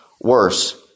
worse